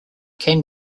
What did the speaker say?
can